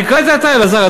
תקרא את זה אתה, אלעזר.